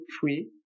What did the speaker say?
free